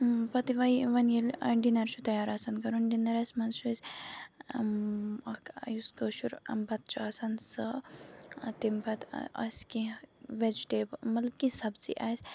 پَتہٕ یہِ وۄنۍ وۄنۍ ییٚلہِ ڈِنَر چھُ تیار آسان کَرُن ڈِنرَس منٛز چھُ اَسہِ اَکھ یُس کٲشُر بَتہٕ چھُ آسان سُہ تَمہِ پَتہٕ آسہِ کینٛہہ وٮ۪جٹیب مطلب کینٛہہ سبزی آسہِ